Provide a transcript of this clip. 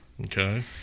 Okay